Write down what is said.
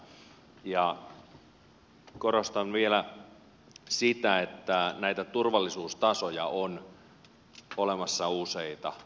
korostan vielä sitä että näitä turvallisuustasoja on olemassa useita